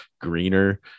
greener